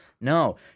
No